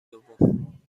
دوم